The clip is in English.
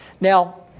Now